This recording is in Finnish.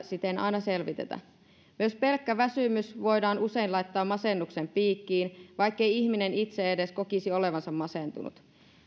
siten aina selvitetä myös pelkkä väsymys voidaan usein laittaa masennuksen piikkiin vaikkei ihminen itse edes kokisi olevansa masentunut